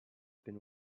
been